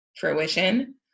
fruition